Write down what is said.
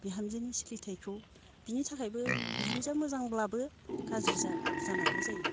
बिहामजोनि सोलिथायखौ बिनि थाखायबो बिहामजोआ मोजांब्लाबो गाज्रि जानांगौ जायो